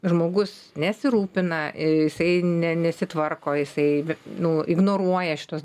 žmogus nesirūpina ir jisai ne nesitvarko jisai ve nu ignoruoja šituos